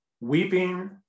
Weeping